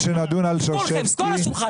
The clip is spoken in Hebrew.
כשנדון על שרשבסקי.